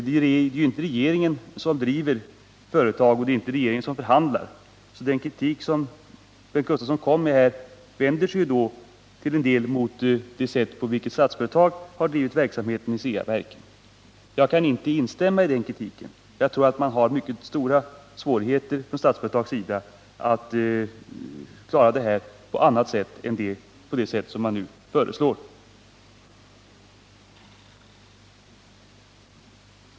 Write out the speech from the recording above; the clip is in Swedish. Det är ju inte regeringen som driver företag och det är inte den som förhandlar, så Bengt Gustavssons kritik måste ju till en del vända sig mot det sätt på vilket Statsföretag har drivit verksamheten vid Ceaverken. Jag kan inte instämma i den kritiken. Jag tror att Statsföretag har mycket stora svårigheter att klara situationen på annat sätt än det som nu föreslås.